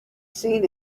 seen